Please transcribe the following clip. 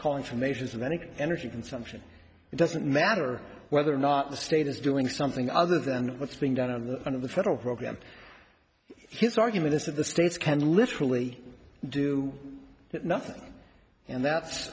confirmations of any energy consumption it doesn't matter whether or not the state is doing something other than what's being done on the end of the federal program his argument is that the states can literally do nothing and that's